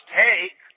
take